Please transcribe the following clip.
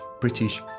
British